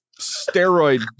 steroid